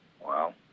Wow